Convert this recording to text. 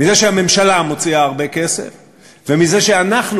מזה שהממשלה מוציאה יותר כסף ומזה שאנחנו,